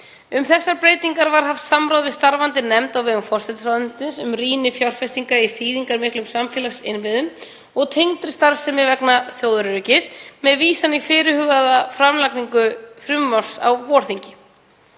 Um þessar breytingar var haft samráð við starfandi nefnd á vegum forsætisráðuneytisins um rýni fjárfestinga í þýðingarmiklum samfélagsinnviðum og tengdri starfsemi vegna þjóðaröryggis með vísan í fyrirhugaða framlagningu frumvarps á vorþingi.